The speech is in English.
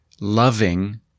loving